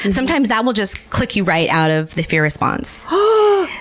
and sometimes that will just click you right out of the fear response.